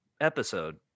episode